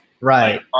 Right